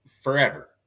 forever